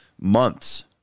months